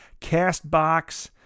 CastBox